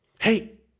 hey